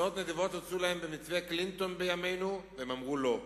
הצעות נדיבות הוצעו להם במתווה קלינטון בימינו והם אמרו לא,